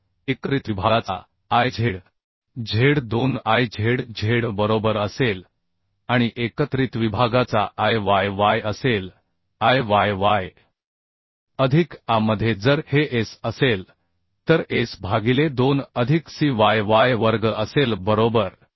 तर एकत्रित विभागाचा I z z 2 I z z बरोबर असेल आणि एकत्रित विभागाचा I y y असेल I y yअधिक a मध्ये जर हे s असेल तर s भागिले 2 अधिक c y y वर्ग असेल बरोबर